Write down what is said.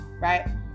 right